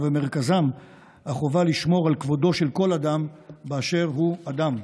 ובמרכזם החובה לשמור על כבודו של כל אדם באשר הוא אדם.